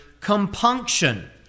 compunction